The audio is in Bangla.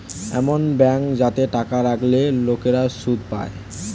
এমন ব্যাঙ্ক যাতে টাকা রাখলে লোকেরা সুদ পায়